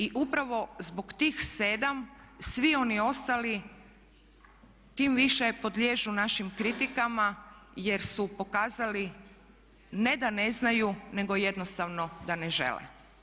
I upravo zbog tih 7 svi oni ostali tim više podliježu našim kritikama jer su pokazali ne da ne znaju, nego jednostavno da ne žele.